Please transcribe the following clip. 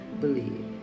believe